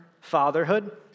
fatherhood